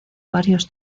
varios